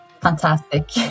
Fantastic